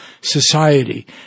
society